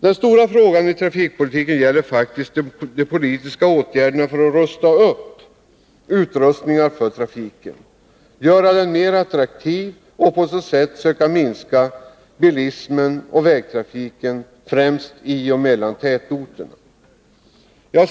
Den stora frågan i trafikpolitiken gäller faktiskt de politiska åtgärderna för att rusta upp utrustningen för trafiken, göra den mera attraktiv och på så sätt söka minska vägtrafiken och bilismen främst i och mellan tätorterna.